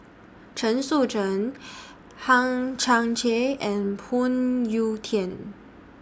Chen Sucheng Hang Chang Chieh and Phoon Yew Tien